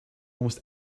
almost